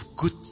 good